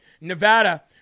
Nevada